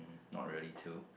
not really two